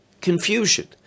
confusion